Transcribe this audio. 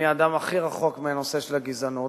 אני האדם הכי רחוק מהנושא של הגזענות.